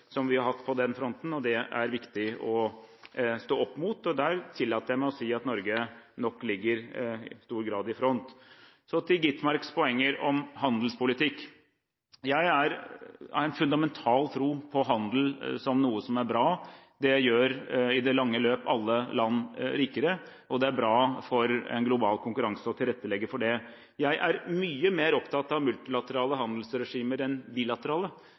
som vi har hatt på den fronten. Det er det viktig å stå opp mot, og der tillater jeg meg å si at Norge nok i stor grad ligger i front. Så til Skovholt Gitmarks poenger om handelspolitikk. Jeg har en fundamental tro på handel som noe som er bra. Det gjør i det lange løp alle land rikere, og det er bra for en global konkurranse å tilrettelegge for det. Jeg er mye mer opptatt av multilaterale handelsregimer enn av bilaterale.